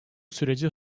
süreci